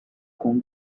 com